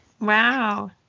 wow